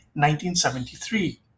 1973